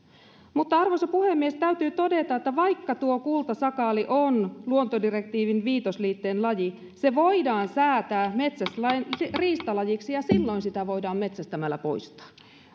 arvoisa puhemies täytyy todeta että vaikka kultasakaali on luontodirektiivin liite viiden laji se voidaan säätää metsästyslain riistalajiksi ja silloin sitä voidaan metsästämällä poistaa